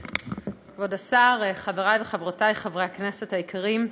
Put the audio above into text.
כבוד השר, חברי וחברותי חברי הכנסת היקרים,